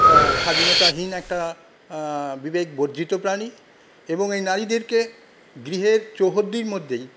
স্বাধীনতাহীন একটা বিবেক বর্জিত প্রাণী এবং এই নারীদেরকে গৃহের চৌহদ্দির মধ্যেই